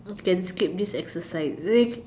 can skip this exercise is it